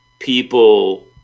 People